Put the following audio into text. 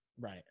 Right